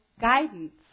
guidance